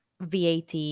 VAT